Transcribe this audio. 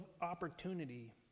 opportunity